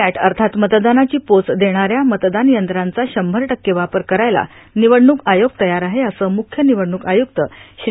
पॅट अर्थात मतदानाची पोच देणाऱ्या मतदान यंत्रांचा शंभर टक्के वापर करायला निवडणूक आयोग तयार आहे असं मुख्य निवडणूक आयुक्त श्री